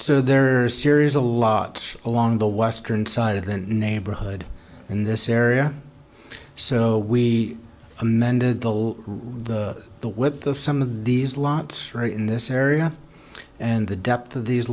so there are series a lot along the western side of the neighborhood in this area so we amended the law the width of some of these lots in this area and the depth of these